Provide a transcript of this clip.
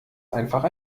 einfach